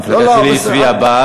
לא לא, בסדר.